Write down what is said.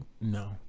no